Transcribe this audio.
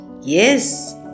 Yes